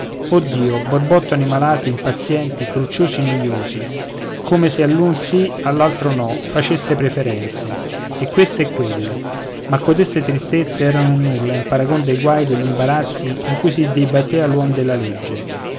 dio borbottano i malati impazienti crucciosi noiosi come se all'uno sì all'altro no facesse preferenze e questo e quello ma codeste tristezze erano un nulla in paragon de guai degli imbarazzi in cui si dibattea l'uom della legge